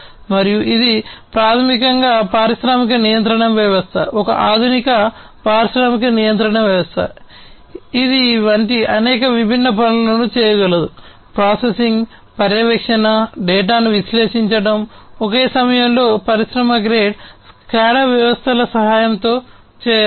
మరియు ఇది ప్రాథమికంగా పారిశ్రామిక నియంత్రణ వ్యవస్థ ఒక ఆధునిక పారిశ్రామిక నియంత్రణ వ్యవస్థ ఇది వంటి అనేక విభిన్న పనులను చేయగలదు ప్రాసెసింగ్ పర్యవేక్షణ డేటాను విశ్లేషించడం ఒకే సమయంలో పరిశ్రమ గ్రేడ్ SCADA వ్యవస్థల సహాయంతో చేయవచ్చు